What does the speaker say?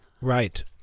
Right